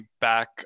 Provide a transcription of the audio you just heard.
back